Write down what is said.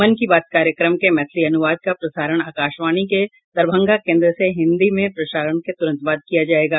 मन की बात कार्यक्रम के मैथिली अनुवाद का प्रसारण आकाशवाणी के दरभंगा केन्द्र से हिन्दी में प्रसारण के तुरंत बाद किया जायेगा